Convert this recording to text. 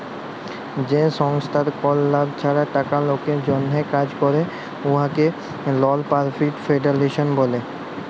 যে সংস্থার কল লাভ ছাড়া টাকা লকের জ্যনহে কাজ ক্যরে উয়াকে লল পরফিট ফাউল্ডেশল ব্যলে